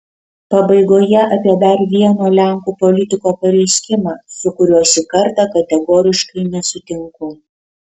pabaigoje apie dar vieno lenkų politiko pareiškimą su kuriuo šį kartą kategoriškai nesutinku